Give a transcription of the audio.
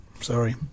Sorry